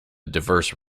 diverse